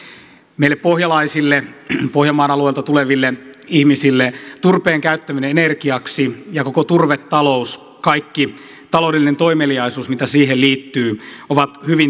meille pohjalaisille pohjanmaan alueelta tuleville ihmisille turpeen käyttäminen energiaksi ja koko turvetalous kaikki taloudellinen toimeliaisuus mitä siihen liittyy ovat hyvin tärkeitä